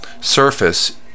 surface